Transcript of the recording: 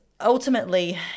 ultimately